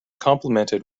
complimented